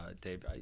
Dave